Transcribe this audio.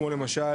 כמו למשל,